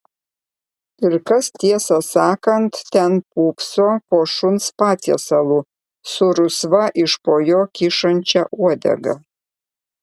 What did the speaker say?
ir kas tiesą sakant ten pūpso po šuns patiesalu su rusva iš po jo kyšančia uodega